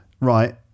Right